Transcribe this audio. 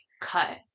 cut